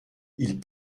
ils